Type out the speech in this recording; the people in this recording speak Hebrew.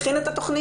מכין את התכניות,